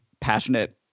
passionate